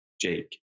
Jake